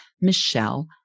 Michelle